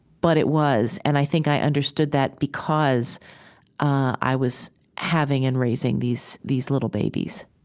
but it was. and i think i understood that because i was having and raising these these little babies